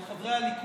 על חברי הליכוד,